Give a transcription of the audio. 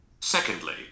Secondly